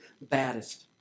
baddest